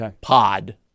pod